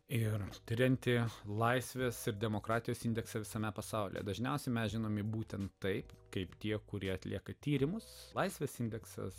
ir tirianti laisvės ir demokratijos indeksą visame pasaulyje dažniausiai mažinami būtent taip kaip tie kurie atlieka tyrimus laisvės indeksas